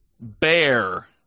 Bear